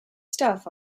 stuff